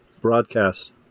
broadcast